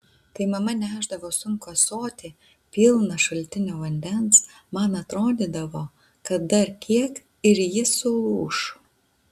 kai mama nešdavo sunkų ąsotį pilną šaltinio vandens man atrodydavo kad dar kiek ir ji sulūš